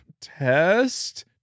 Test